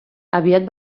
aviat